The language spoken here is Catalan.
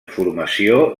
formació